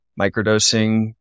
microdosing